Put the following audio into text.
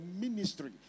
ministry